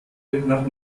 nach